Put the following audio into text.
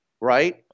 right